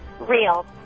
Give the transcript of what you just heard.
Real